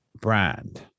brand